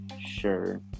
Sure